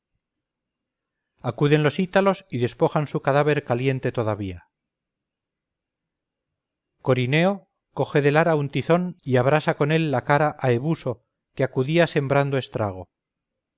acuden los ítalos y despojan su cadáver caliente todavía corineo coge del ara un tizón y abrasa con él la cara a ebuso que acudía sembrando estrago